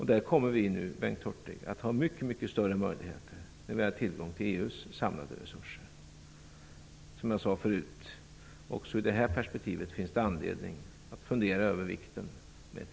I detta sammanhang kommer vi nu att ha mycket större möjligheter, när vi har tillgång till EU:s samlade resurser. Också i det här perspektivet finns det anledning att fundera över vikten av ett